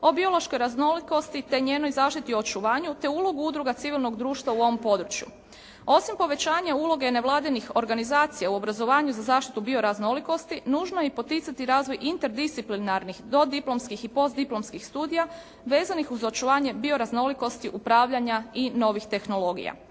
o biološkoj raznolikosti te njenoj zaštiti o očuvanju te ulogu udruga civilnog društva u ovome području. Osim povećanja uloge nevladinih organizacija u obrazovanju za zaštitu bioraznolikosti nužno je i poticati razvoj interdisciplinarnih, dodiplomskih i postdiplomskih studija vezanih uz očuvanje bioraznolikosti, upravljanja i novih tehnologija.